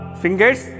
fingers